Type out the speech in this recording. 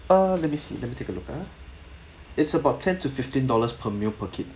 uh let me see let me take a look ah it's about ten to fifteen dollars per meal per kid